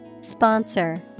Sponsor